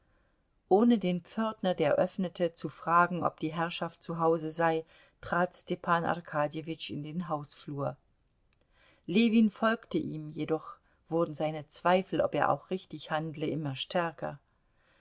ohne den pförtner der öffnete zu fragen ob die herrschaft zu hause sei trat stepan arkadjewitsch in den hausflur ljewin folgte ihm jedoch wurden seine zweifel ob er auch richtig handle immer stärker